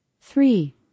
Three